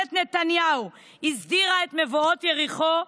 שממשלת נתניהו הסדירה את מבואות יריחו,